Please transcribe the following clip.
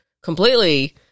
completely